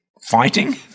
fighting